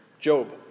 Job